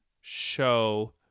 show